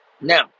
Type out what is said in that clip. Now